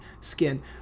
skin